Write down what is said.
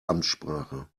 amtssprache